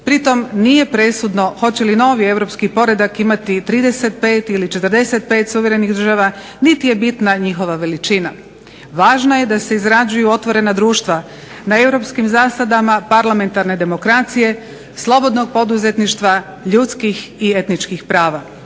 pritom nije presudno hoće li novi europski poredak imati 35 ili 45 suverenih država nit je bitna njihova veličina. Važno je da se izrađuju otvorena društva na europskim zasadama parlamentarne demokracije slobodnog poduzetništva ljudskih i etničkih prava.